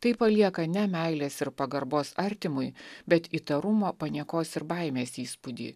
tai palieka ne meilės ir pagarbos artimui bet įtarumo paniekos ir baimės įspūdį